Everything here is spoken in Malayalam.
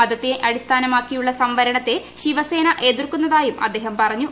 മതത്തെ അടിസ്ഥാനമാക്കിയുള്ള സംവരണത്തെ ശിവസേന എതിർത്തിരുന്നതായും അദ്ദേഹം പറഞ്ഞു